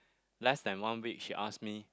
less than one week she ask me